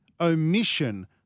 omission